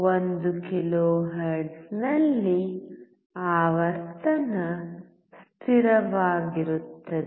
1 ಕಿಲೋಹೆರ್ಟ್ಜ್ನಲ್ಲಿ ಆವರ್ತನ ಸ್ಥಿರವಾಗಿರುತ್ತದೆ